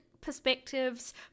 perspectives